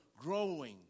growing